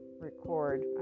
record